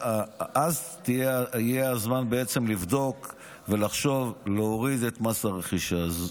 יהיה הזמן לבדוק ולחשוב להוריד את מס הרכישה.